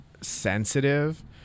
sensitive